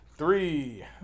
Three